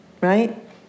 Right